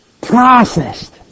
processed